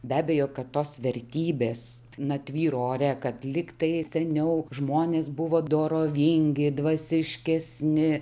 be abejo kad tos vertybės na tvyro ore kad lyg tai seniau žmonės buvo dorovingi dvasiškesni